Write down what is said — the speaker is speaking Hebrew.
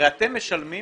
הרי אתם משלמים